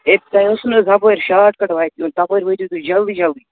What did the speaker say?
ہے تۄہہِ ٲسوٕ نہ حظ ہَپٲرۍ شاٹ کَٹ وَتہِ یُن تَپٲرۍ وٲتِو تُہۍ جلدی جلدی